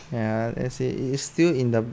ya as it is still in the